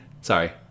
Sorry